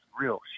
real